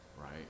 right